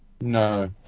No